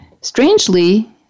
strangely